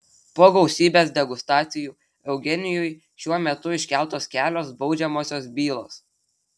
po gausybės degustacijų eugenijui šiuo metu iškeltos kelios baudžiamosios bylos